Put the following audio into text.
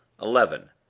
eleven.